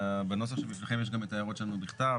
בנוסח שבפניכם יש גם את ההערות שלנו בכתב,